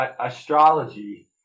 astrology